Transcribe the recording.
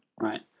Right